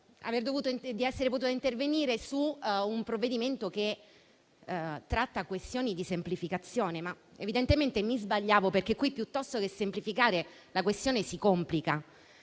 credevo oggi di intervenire su un provvedimento in materia di semplificazione, ma evidentemente mi sbagliavo, perché qui, piuttosto che semplificarsi, la questione si complica.